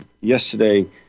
yesterday